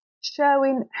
showing